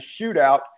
shootout